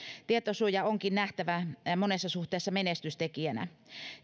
tietosuoja onkin nähtävä monessa suhteessa menestystekijänä